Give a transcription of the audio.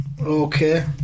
Okay